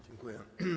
Dziękuję.